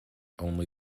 only